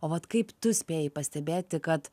o vat kaip tu spėjai pastebėti kad